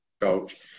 coach